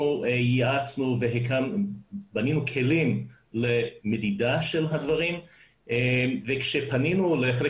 אנחנו ייעצנו ובנינו כלים למדידה של הדברים וכשפנינו לחלק